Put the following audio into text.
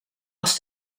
was